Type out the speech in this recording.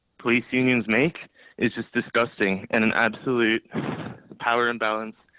police unions make is just disgusting and an absolute power imbalance.